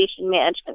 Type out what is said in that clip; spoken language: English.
management